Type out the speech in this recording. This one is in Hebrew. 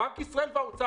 בנק ישראל והאוצר.